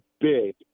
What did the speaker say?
big